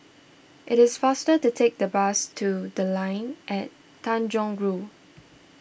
it is faster to take the bus to the Line At Tanjong Rhu